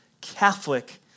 Catholic